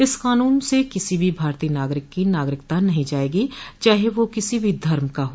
इस कानून से किसी भी भारतीय नागरिक की नागरिकता नहीं जायेगी चाहे वह किसी भी धर्म का हो